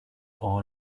all